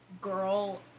girl